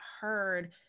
heard